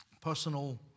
personal